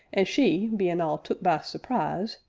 an' she, bein' all took by surprise,